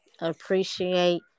appreciate